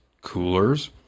coolers